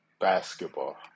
basketball